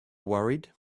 worried